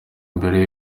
mbere